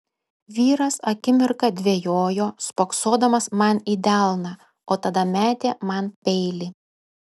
vyras akimirką dvejojo spoksodamas man į delną o tada metė man peilį